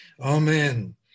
Amen